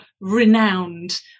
renowned